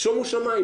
שומו שמיים,